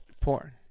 porn